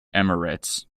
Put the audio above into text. emirates